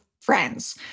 friends